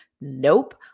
Nope